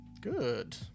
Good